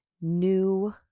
new